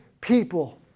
people